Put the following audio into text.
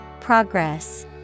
Progress